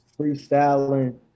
freestyling